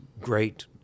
great